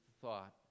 thought